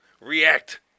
react